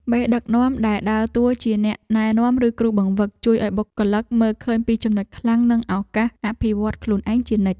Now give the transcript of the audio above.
មេដឹកនាំដែលដើរតួជាអ្នកណែនាំឬគ្រូបង្វឹក ជួយឱ្យបុគ្គលិកមើលឃើញពីចំណុចខ្លាំងនិងឱកាសអភិវឌ្ឍន៍ខ្លួនឯងជានិច្ច។